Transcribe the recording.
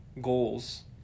goals